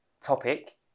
topic